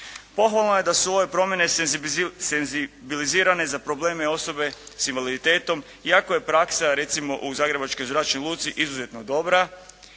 Pohvalno je da su ove promjene senzibilizirane za problema osobe sa invaliditetom iako je praksa recimo u Zagrebačkoj zračnoj luci dobra,